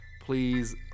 Please